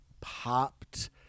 popped